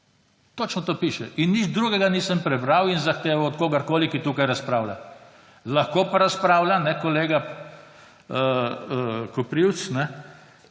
Točno to piše in nič drugega nisem prebral in zahteval od kogarkoli, ki tukaj razpravlja. Lahko pa razpravlja, kolega Koprivc, o